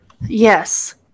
Yes